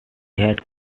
had